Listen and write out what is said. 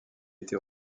été